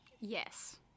Yes